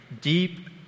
deep